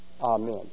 Amen